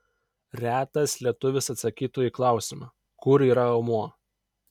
retas lietuvis atsakytų į klausimą kur yra omuo